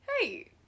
Hey